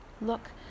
look